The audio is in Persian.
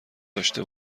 داشته